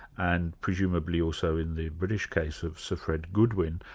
and presumably also in the british case of sir fred goodwin,